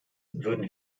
würden